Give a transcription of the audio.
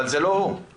אבל זה לא הוא.